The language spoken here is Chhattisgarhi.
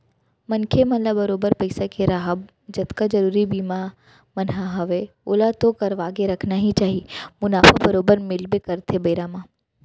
मनखे मन ल बरोबर पइसा के राहब जतका जरुरी बीमा मन ह हवय ओला तो करवाके रखना ही चाही मुनाफा बरोबर मिलबे करथे बेरा म